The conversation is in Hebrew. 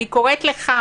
אני קוראת לך: